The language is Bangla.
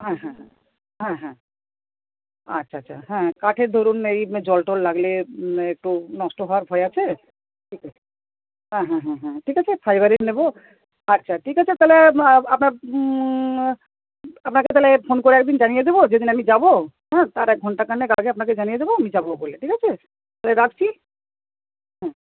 হ্যাঁ হ্যাঁ হ্যাঁ হ্যাঁ হ্যাঁ আচ্ছা আচ্ছা হ্যাঁ কাঠের ধরুন এই জল টল লাগলে একটু নষ্ট হওয়ার ভয় আছে ঠিক আছে হ্যাঁ হ্যাঁ হ্যাঁ হ্যাঁ ঠিক আছে ফাইভারের নেব আচ্ছা ঠিক আছে তাহলে আপনার আপনাকে তাহলে ফোন করে একদিন জানিয়ে দেব যেদিন যাব তার ঘন্টাখানেক আগে আপনাকে জানিয়ে দেব আমি যাব বলে ঠিক আছে তাহলে রাখছি হ্যাঁ